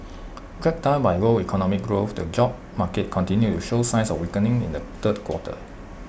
dragged down by low economic growth the job market continued to show signs of weakening in the third quarter